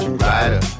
rider